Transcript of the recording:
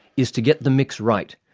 is to get the mix right,